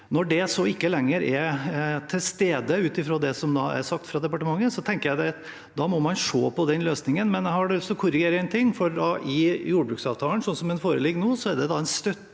Når det så ikke lenger er til stede, ut ifra det som er sagt fra departementet, tenker jeg at en må se på løsningen. Jeg har lyst til å korrigere en ting, for i jordbruksavtalen, slik den foreligger nå, er det en støtte